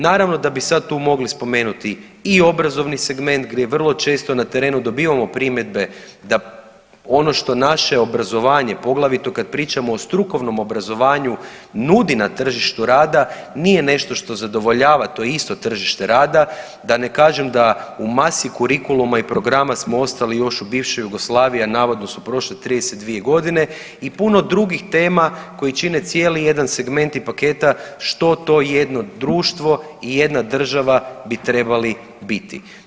Naravno da bi sad tu mogli spomenuti i obrazovni segment gdje vrlo često na terenu dobivamo primjedbe da ono što naše obrazovanje, poglavito kad pričamo o strukovnom obrazovanju nudi na tržištu rada nije nešto što zadovoljava to isto tržište rada, da ne kažem da u masi kurikuluma i programa smo ostali još u bivšoj Jugoslaviji, a navodno su prošle 32 godine i puno drugih tema koje čine cijeli jedan segment i paketa što to jedno društvo i jedna država bi trebali biti.